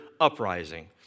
uprising